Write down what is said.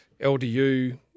LDU